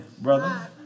brother